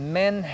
men